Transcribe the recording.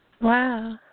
Wow